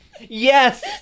Yes